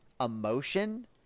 emotion